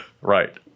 right